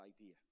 idea